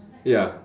ya